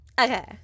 Okay